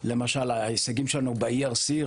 למשל, ההישגים שלנו ב-ERC.